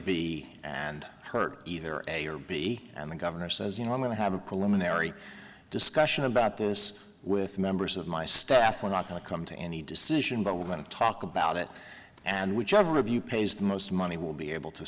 b and hurt either a or b and the governor says you know i'm going to have a preliminary discussion about this with members of my staff we're not going to come to any decision but we're going to talk about it and whichever of you pays the most money will be able to